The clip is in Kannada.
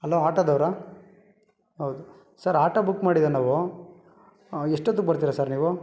ಹಲೋ ಆಟೋದವ್ರಾ ಹೌದು ಸರ್ ಆಟೋ ಬುಕ್ ಮಾಡಿದೆ ನಾವು ಎಷ್ಟೊತ್ತಿಗೆ ಬರ್ತೀರಾ ಸರ್ ನೀವು